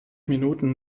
minuten